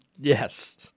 Yes